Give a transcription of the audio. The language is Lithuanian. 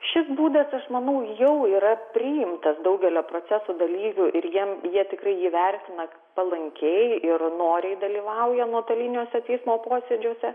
šis būdas aš manau jau yra priimtas daugelio proceso dalyvių ir jiems jie tikrai jį vertina palankiai ir noriai dalyvauja nuotoliniuose teismo posėdžiuose